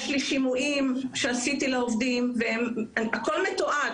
יש לי שימועים שעשיתי לעובדים והכל מתועד,